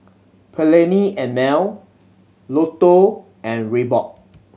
Perllini and Mel Lotto and Reebok